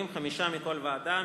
יכהנו עשרה חברים, חמישה מכל ועדה.